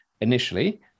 initially